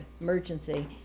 emergency